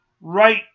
right